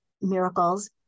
miracles